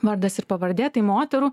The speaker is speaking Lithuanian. vardas ir pavardė tai moterų